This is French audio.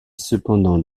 cependant